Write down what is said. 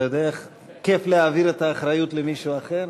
אתה יודע איך כיף להעביר את האחריות למישהו אחר?